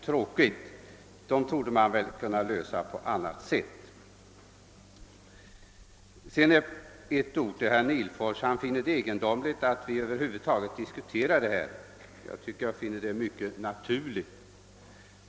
Dessa problem torde man kunna lösa på annat sätt. Jag vill vidare säga några ord till herr Nihlfors, som finner det egendomligt att vi över huvud taget diskuterar detta spörsmål. Jag finner det däremot vara mycket naturligt.